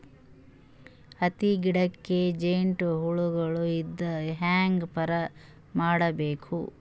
ಹತ್ತಿ ಗಿಡಕ್ಕೆ ಜೇಡ ಹುಳಗಳು ಇಂದ ಹ್ಯಾಂಗ್ ಪಾರ್ ಮಾಡಬೇಕು?